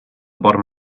bottom